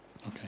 Okay